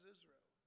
Israel